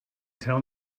tell